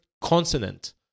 consonant